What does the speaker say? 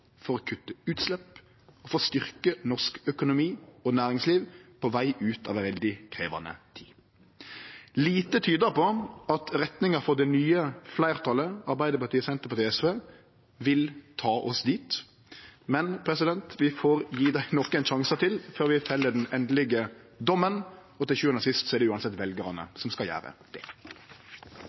for å kutte utslepp, og for å styrkje norsk økonomi og næringsliv på veg ut av ei veldig krevjande tid. Lite tyder på at retninga frå det nye fleirtalet – Arbeidarpartiet, Senterpartiet og SV – vil ta oss dit, men vi får gje dei nokre sjansar til før vi feller den endelege dommen. Til sjuande og sist er det uansett veljarane som skal gjere det.